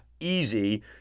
Easy